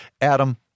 adam